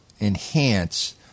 enhance –